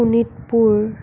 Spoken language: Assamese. শোণিতপুৰ